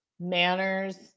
manners